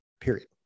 period